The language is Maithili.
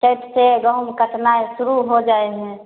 चैतसँ गहुम कटनाइ शुरू हो जाइ हय